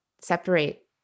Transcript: separate